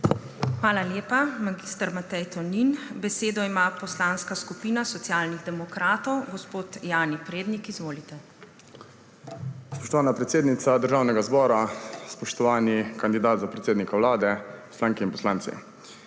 Hvala lepa, mag. Matej Tonin. Besedo ima Poslanska skupina Socialnih demokratov. Gospod Jani Prednik, izvolite. JANI PREDNIK (PS SD): Spoštovana predsednica Državnega zbora, spoštovani kandidat za predsednika Vlade, poslanke in poslanci!